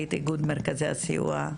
מנכ"לית איגוד מרכזי הסיוע,